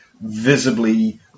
visibly